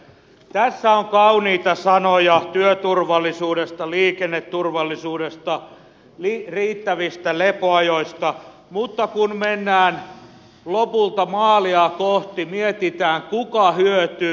tässä on kauniita sanoja työturvallisuudesta liikenneturvallisuudesta riittävistä lepoajoista mutta kun mennään lopulta maalia kohti ja mietitään kuka hyötyy